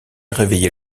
réveiller